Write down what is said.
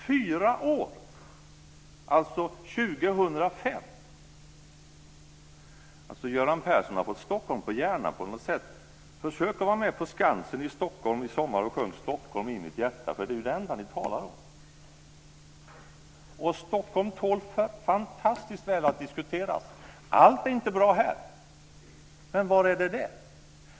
2005 får man den alltså. Göran Persson har fått Stockholm på hjärnan på något sätt. Försök att vara med på Skansen i Stockholm i sommar och sjung "Stockholm i mitt hjärta". Det är ju det enda ni talar om. Stockholm tål fantastiskt väl att diskuteras. Allt är inte bra här, men var är det det?